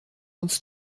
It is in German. uns